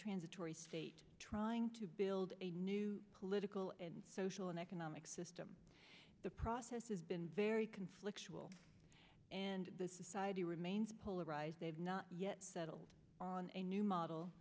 transitory state trying to build a new political and social and economic system the process has been very conflictual and the society remains polarized they have not yet settled on a new model